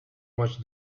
much